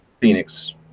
Phoenix